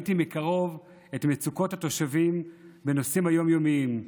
ראיתי מקרוב את מצוקות התושבים בנושאים היום-יומיים.